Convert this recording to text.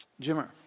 Jimmer